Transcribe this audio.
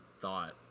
thought